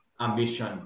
ambition